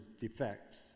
defects